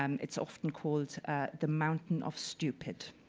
um it's often called the mountain of stupid.